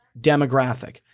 demographic